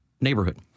neighborhood